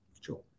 Sure